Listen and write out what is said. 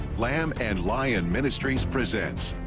lamb and lion ministries presents